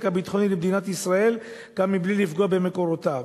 הביטחוני למדינת ישראל גם מבלי לפגוע במקורותיו.